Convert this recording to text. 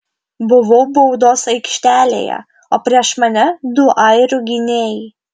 buvau baudos aikštelėje o prieš mane du airių gynėjai